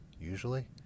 usually